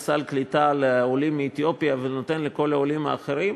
סל קליטה לעולים מאתיופיה ונותן לכל העולים האחרים.